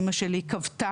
אימא שלי כבתה,